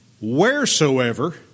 wheresoever